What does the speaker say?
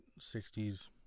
60s